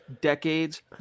decades